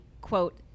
quote